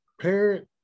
parent